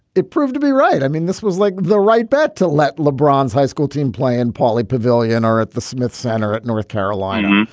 it proved to be right. i mean, this was like the right bat to let lebron's high school team play. and pauley pavilion are at the smith center at north carolina.